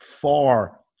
far